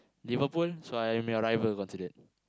Liverpool so I am your rival considered